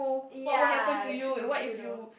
ya true true though